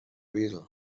reel